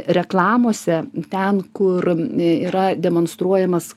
reklamose ten kur yra demonstruojamas